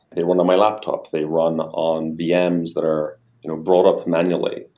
they run on my laptop, they run on vms that are you know brought up manually.